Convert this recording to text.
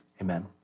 Amen